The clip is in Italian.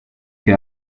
che